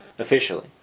Officially